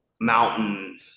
mountain